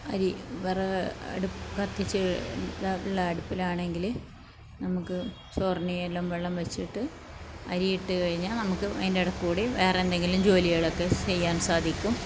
അരി വിറക് അടുപ്പ് കത്തിച്ച് ഇതള്ള അടുപ്പിലാണെങ്കിൽ നമുക്ക് ചോറിനെയെല്ലാം വെള്ളം വെച്ചിട്ട് അരി ഇട്ട് കഴിഞ്ഞാൽ നമുക്ക് അതിനിടേൽ കൂടി വേറെ എന്തെങ്കിലും ജോലികളൊക്കെ ചെയ്യാൻ സാധിക്കും